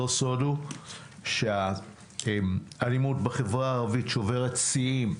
לא סוד הוא שהאלימות בחברה הערבית שוברת שיאים,